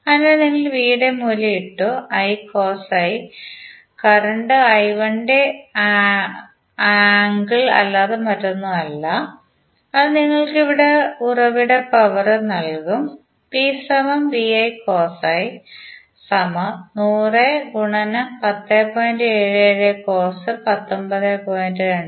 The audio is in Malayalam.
അതിനാൽ നിങ്ങൾ V യുടെ മൂല്യം ഇട്ടു I cos φ കറന്റ് I1 ഇന്റെ ആംഗിൾ അല്ലാതെ മറ്റൊന്നും അല്ല അത് നിങ്ങൾക്ക് ഉറവിട പവർ നൽകും P VI cos φ 10